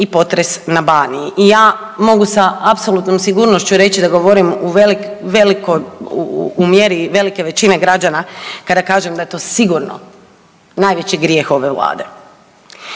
i potres na Baniji. I ja mogu sa apsolutnom sigurnošću reći da govorim u mjeri velike većine građana kada kažem da je to sigurno najveći grijeh ove Vlade.